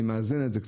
אני מאזן את זה קצת.